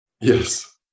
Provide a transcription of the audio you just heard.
Yes